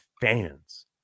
fans